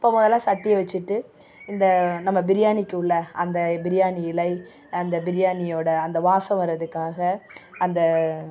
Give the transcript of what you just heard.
இப்போ முதலில் சட்டியை வச்சுட்டு இந்த நம்ம பிரியாணிக்கு உள்ளே அந்த பிரியாணி இலை அந்த பிரியாணியோடய அந்த வாசம் வர்றதுக்காக அந்த